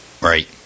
Right